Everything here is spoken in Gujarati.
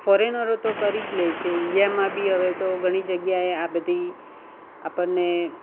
ફોરેનરો તો કરી જ લે છે ઈન્ડિયામાં બી હવે તો ઘણી જગ્યાએ આ બધી આપણને